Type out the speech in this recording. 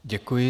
Děkuji.